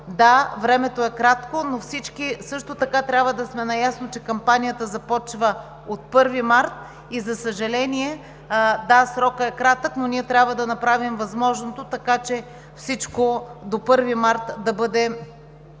Да, времето е кратко, но всички трябва да сме наясно, че кампанията започва от 1 март. Да, за съжаление, срокът е кратък, но ние трябва да направим възможното, така че до 1 март всичко